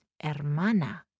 hermana